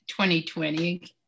2020